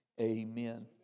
Amen